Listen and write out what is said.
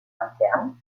interne